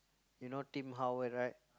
you know Tim-Howard right